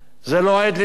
זו לא העת לדבר.